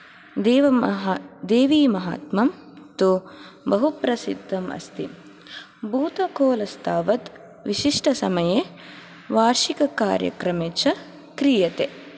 देवमहा देवीमहात्म्यं तु बहु प्रसिद्धम् अस्ति भूतकोलस्तावत् विशिष्टसमये वार्षिककार्यक्रमे च क्रियते